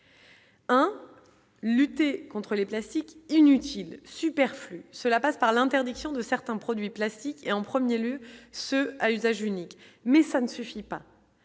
lutter contre les plastiques inutile superflues, cela passe par l'interdiction de certains produits plastiques et en 1er lieu ce à usage unique, mais ça ne suffit pas,